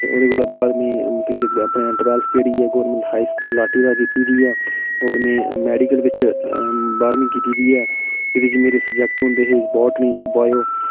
ते ओह्दे कोला बाद में फिर अपने टवेल्थ जेह्ड़ी ऐ गौरमेंट हाई स्कूल लाटी दा कीती दी ऐ होर में मेडिकल बिच बारमीं कीती दी ऐ एह्दे च मेरे सब्जेक्ट होंदे हे बॉटनी बायो